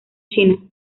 china